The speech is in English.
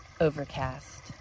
Overcast